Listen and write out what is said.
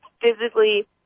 physically